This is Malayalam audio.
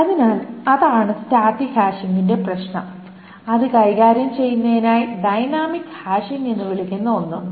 അതിനാൽ അതാണ് സ്റ്റാറ്റിക് ഹാഷിംഗിന്റെ പ്രശ്നം അത് കൈകാര്യം ചെയ്യുന്നതിനായി ഡൈനാമിക് ഹാഷിംഗ് എന്ന് വിളിക്കുന്ന ഒന്നുണ്ട്